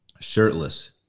shirtless